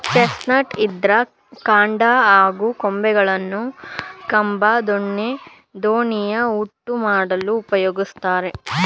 chestnut ಇದ್ರ ಕಾಂಡ ಹಾಗೂ ಕೊಂಬೆಗಳನ್ನು ಕಂಬ ದೊಣ್ಣೆ ದೋಣಿಯ ಹುಟ್ಟು ಮಾಡಲು ಉಪಯೋಗಿಸ್ತಾರೆ